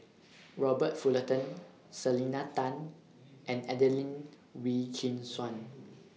Robert Fullerton Selena Tan and Adelene Wee Chin Suan